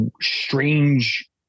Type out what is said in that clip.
strange